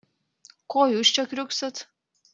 ko jūs čia kriuksit